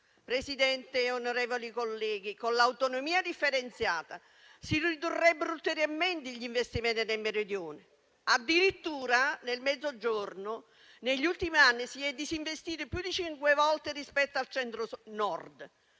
Presidente, onorevoli colleghi, con l'autonomia differenziata si ridurrebbero ulteriormente gli investimenti nel Meridione. Addirittura nel Mezzogiorno negli ultimi anni si è disinvestito più di cinque volte rispetto al Centro-Nord.